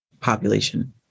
population